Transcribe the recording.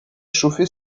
chauffer